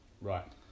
Right